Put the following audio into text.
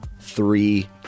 Three